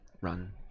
run